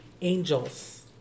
angels